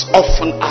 often